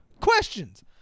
Questions